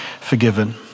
forgiven